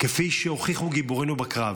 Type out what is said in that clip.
כפי שהוכיחו גיבורינו בקרב.